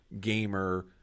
gamer